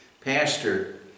Pastor